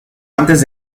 antes